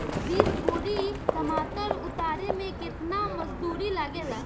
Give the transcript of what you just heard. बीस बोरी टमाटर उतारे मे केतना मजदुरी लगेगा?